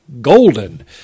golden